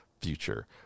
future